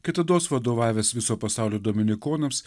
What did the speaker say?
kitados vadovavęs viso pasaulio dominikonams